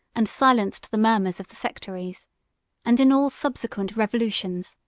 and silenced the murmurs of the sectaries and in all subsequent revolutions,